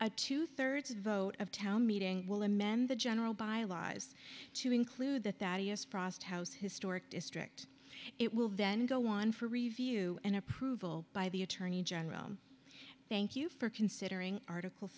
a two thirds vote of town meeting will amend the general by lies to include the frost house historic district it will then go on for review and approval by the attorney general thank you for considering article